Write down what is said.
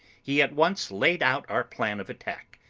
he at once laid out our plan of attack,